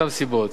מאותן סיבות.